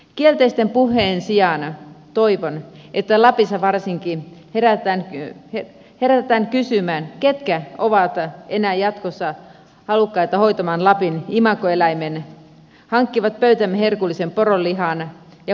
kielteisten puheiden sijaan toivon että varsinkin lapissa herätään kysymään ketkä ovat enää jatkossa halukkaita hoitamaan lapin imagoeläintä hankkivat pöytäämme herkullisen poronlihan ja huolehtivat lappilaisen kulttuurin jatkumisesta